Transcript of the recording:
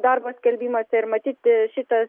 darbo skelbimuose ir matyt šitas